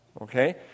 Okay